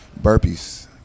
Burpees